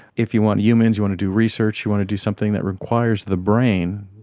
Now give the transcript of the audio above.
if you want humans, you want to do research, you want to do something that requires the brain,